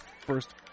first